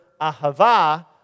ahava